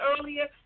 earlier